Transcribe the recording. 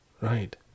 Right